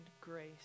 grace